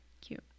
cute